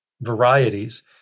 varieties